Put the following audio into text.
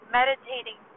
meditating